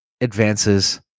advances